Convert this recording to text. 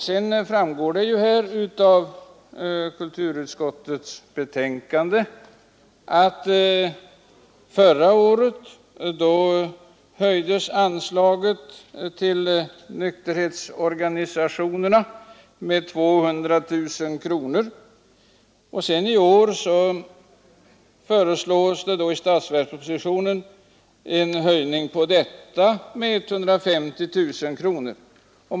Som framgår av kulturutskottets betänkande höjdes förra året anslaget till nykterhetsorganisationerna med 200 000 kronor. I år föreslås i statsverkspropositionen en höjning utöver detta med 150 000 kronor.